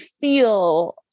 feel